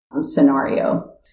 scenario